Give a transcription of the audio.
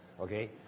Okay